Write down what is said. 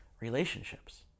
relationships